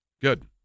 Good